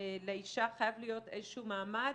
לאישה חייב להיות איזשהו מעמד,